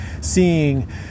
seeing